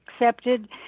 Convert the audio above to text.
accepted